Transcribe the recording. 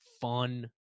Fun